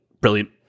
Brilliant